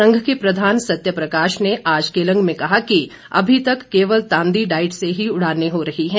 संघ के प्रधान सत्य प्रकाश ने आज केलंग में कहा कि अभी तक केवल तांदी डाईट से ही उड़ानें हो रही हैं